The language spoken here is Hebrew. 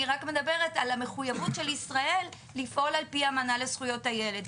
אני רק מדברת על המחויבות של ישראל לפעול על פי האמנה לזכויות הילד,